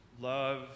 love